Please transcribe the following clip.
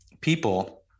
people